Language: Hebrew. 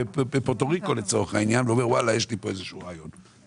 בפורטו ריקו לצורך העניין ואומר שיש לו כאן איזשהו רעיון.